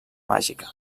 màgica